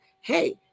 hey